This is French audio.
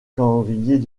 calendrier